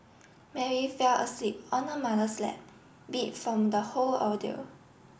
Mary fell asleep on her mother's lap beat from the whole ordeal